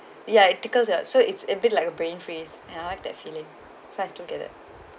ya it thicker ya so it's a bit like a brain freeze I like that feeling so I have to get it